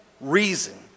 reason